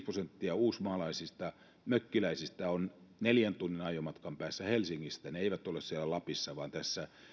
prosenttia uusmaalaisista mökkiläisistä ovat neljän tunnin ajomatkan päässä helsingistä he eivät ole siellä lapissa vaan